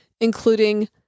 including